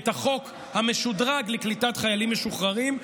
את החוק המשודרג לקליטת חיילים משוחררים.